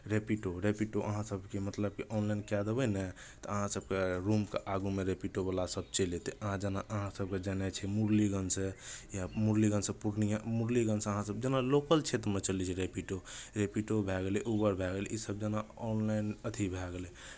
Rapido Rapido अहाँ सभके मतलब ऑनलाइन कए देबै ने तऽ अहाँ सभके रूमके आगूमे रैपिडोवला सभ चलि अयतै अहाँ जेना अहाँ सभके जेनाइ छै मुरलीगंजसँ मुरलीगंजसँ पूर्णियाँ या मुरलीगंजसँ अहाँसभ जेना लोकल क्षेत्रमे चलै छै रैपिडो रैपिडो भए गेलै उबर भए गेलै इसभ जेना ऑनलाइन अथि भए गेलै